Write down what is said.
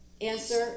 Answer